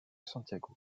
santiago